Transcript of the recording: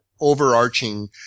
overarching